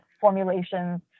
formulations